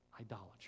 idolatry